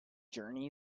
journey